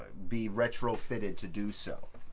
be retrofitted to do so.